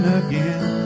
again